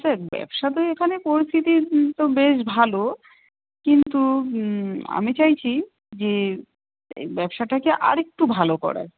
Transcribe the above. sir ব্যবসা তো এখানে পরিস্থিতি তো বেশ ভালো কিন্তু আমি চাইছি যে এই ব্যবসাটাকে আর একটু ভালো করার